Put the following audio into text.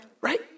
Right